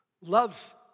loves